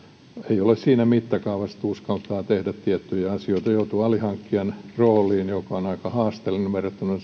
ei ole siinä mittakaavassa että uskaltaa tehdä tiettyjä asioita joutuu alihankkijan rooliin joka on aika haasteellinen verrattuna